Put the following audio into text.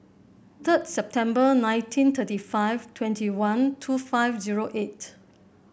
third September nineteen thirty five twenty one two five zero eight